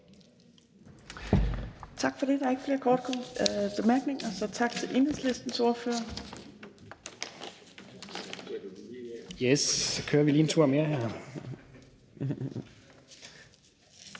Tak for det. Der er ikke nogen korte bemærkninger. Så tak til den radikale ordfører.